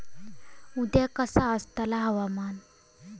उद्या कसा आसतला हवामान?